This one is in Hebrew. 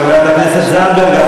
חברת הכנסת זנדברג,